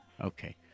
Okay